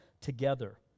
together